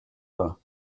vingts